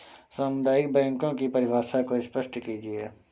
सामुदायिक बैंकों की परिभाषा को स्पष्ट कीजिए?